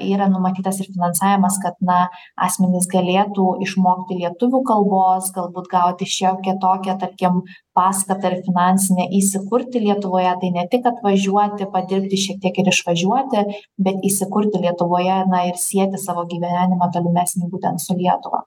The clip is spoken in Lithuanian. yra numatytas ir finansavimas kad na asmenys galėtų išmokti lietuvių kalbos galbūt gauti šiokią tokią tarkim paskatą ir finansinę įsikurti lietuvoje tai ne tik atvažiuoti padirbti šiek tiek ir išvažiuoti bet įsikurti lietuvoje na ir sieti savo gyvenimą tolimesnį būtent su lietuva